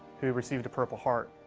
who received a purple heart,